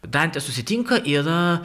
dantė susitinka yra